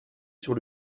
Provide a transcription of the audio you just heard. sur